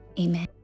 Amen